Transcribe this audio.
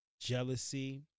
jealousy